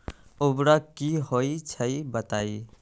उर्वरक की होई छई बताई?